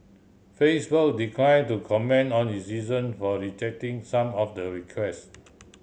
facebook declined to comment on its reason for rejecting some of the request